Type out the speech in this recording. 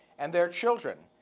and their children.